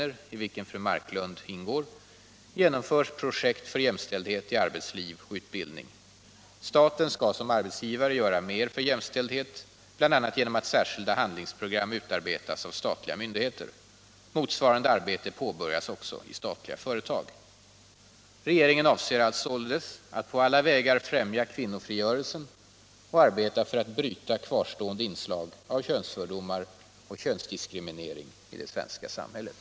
Regeringen avser således att på alla vägar främja kvinnofrigörelsen och arbeta för att bryta kvarstående inslag av könsfördomar och könsdiskriminering i det svenska samhället.